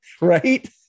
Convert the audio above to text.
Right